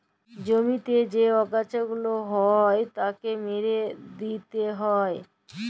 জমিতে যে আগাছা গুলা হ্যয় তাকে মেরে দিয়ে হ্য়য়